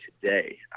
today